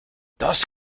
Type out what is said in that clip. das